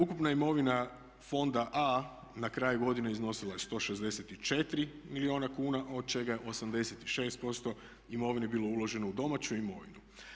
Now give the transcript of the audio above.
Ukupna imovina fonda A na kraju godine iznosila je 164 milijuna kuna od čega je 86% imovine bilo uloženo u domaću imovinu.